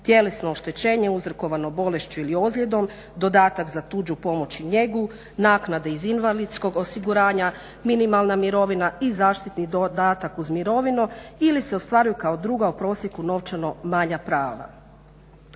Tjelesno oštećenje uzrokovano bolešću ili ozljedom, dodatak za tuđu pomoć i njegu, naknade iz invalidskog osiguranja, minimalna mirovina i zaštitni dodatak uz mirovinu ili se ostvaruju kao druga u prosjeku novčano manja prava.